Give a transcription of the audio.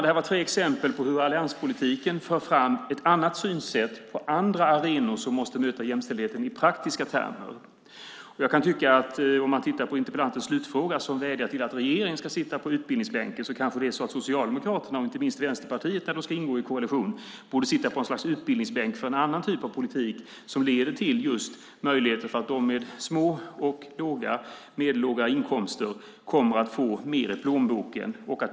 Det här var tre exempel på hur alliansregeringen för fram ett annat synsätt på andra arenor som måste möta jämställdheten i praktiska termer. När det gäller interpellantens slutfråga och vädjan om att regeringen ska sitta på utbildningsbänken kanske det är Socialdemokraterna och inte minst Vänsterpartiet, när man ska ingå i koalition, som borde sitta på något slags utbildningsbänk för en annan typ av politik som leder till just möjligheten för dem med små och medellåga inkomster att få mer i plånboken.